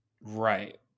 Right